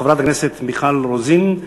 חברת הכנסת מיכל רוזין.